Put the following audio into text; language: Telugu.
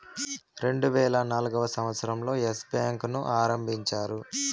రెండువేల నాల్గవ సంవచ్చరం లో ఎస్ బ్యాంకు ను ఆరంభించారు